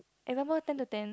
example ten to ten